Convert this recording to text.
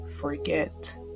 forget